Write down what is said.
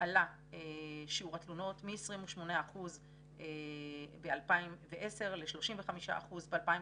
עלה שיעור התלונות מ-28 אחוזים בשנת 2010 ל-35 אחוזים בשנת